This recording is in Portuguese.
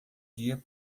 dia